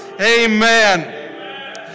Amen